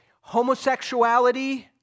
homosexuality